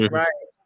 right